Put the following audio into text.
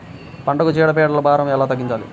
పంటలకు చీడ పీడల భారం ఎలా తగ్గించాలి?